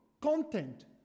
content